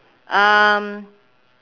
um